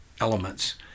elements